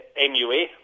MUA